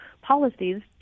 policies